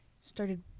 Started